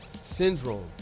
syndrome